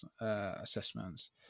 assessments